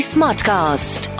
Smartcast